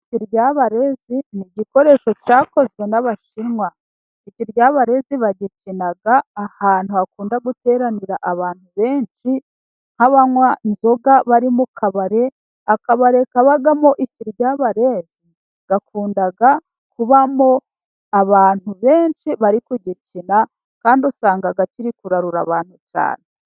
Ibiry'abarezi ni igikoresho cyakozwe n'abashinwa, ikirya'abarezi bagikira ahantu hakunda guteranira abantu benshi, nk'abanywa inzoga bari mu kabare, akabare kabamo icyirya'barezi, hakundaga kubamo abantu benshi bari kugikina, kandi usanga Kiri kurarura abantu cyane.